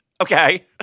Okay